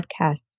Podcast